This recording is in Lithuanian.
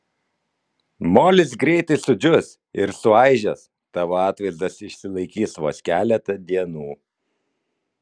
molis greitai sudžius ir suaižęs tavo atvaizdas išsilaikys vos keletą dienų